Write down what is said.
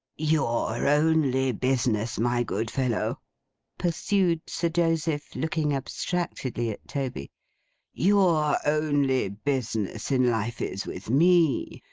your only business, my good fellow pursued sir joseph, looking abstractedly at toby your only business in life is with me.